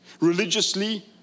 Religiously